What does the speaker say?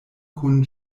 kun